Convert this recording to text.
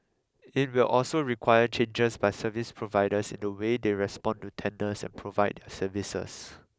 it will also require changes by service providers in the way they respond to tenders and provide their services